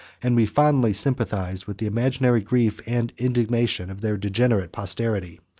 and we fondly sympathize with the imaginary grief and indignation of their degenerate posterity.